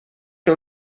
que